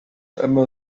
immer